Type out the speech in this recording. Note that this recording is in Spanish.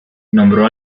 nombró